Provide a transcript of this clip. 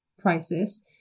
crisis